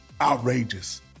outrageous